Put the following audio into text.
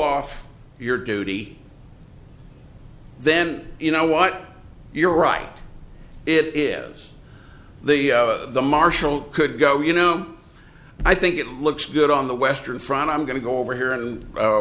off your duty then you know what your right it is the marshal could go you know i think it looks good on the western front i'm going to go over here and